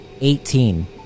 Eighteen